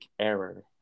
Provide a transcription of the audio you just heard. error